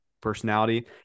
personality